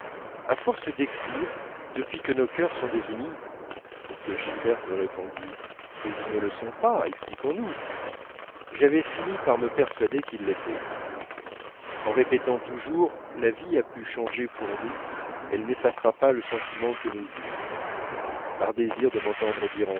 à force d'écrire depuis que nos cœurs sont désunis pour que gilberte me répondît mais ils ne le sont pas expliquons-nous j'avais fini par me persuader qu'ils l'étaient en répétant toujours la vie a pu changer pour nous elle n'effacera pas le sentiment que nous eûmes par désir de m'entendre dire